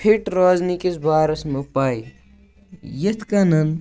fit روزنہٕ کِس بارَس منٛز پَے یِتھ کٔنۍ